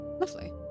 lovely